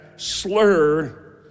slur